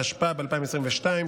התשפ"ב 2022,